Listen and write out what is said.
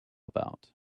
about